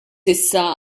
issa